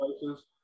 places